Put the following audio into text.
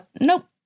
nope